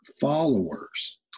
followers